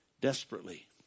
desperately